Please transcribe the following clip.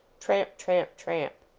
tramp, tramp, tramp.